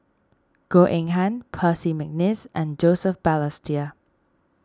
Goh Eng Han Percy McNeice and Joseph Balestier